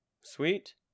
Sweet